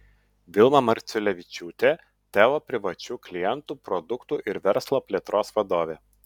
vilma marciulevičiūtė teo privačių klientų produktų ir verslo plėtros vadovė